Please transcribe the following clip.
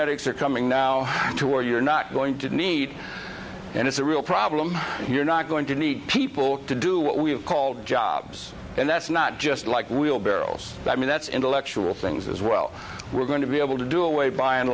except coming now to where you're not going to need and it's a real problem you're not going to need people to do what we've called jobs and that's not just like wheelbarrows i mean that's intellectual things as well we're going to be able to do away by and